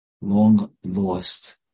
long-lost